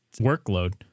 workload